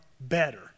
better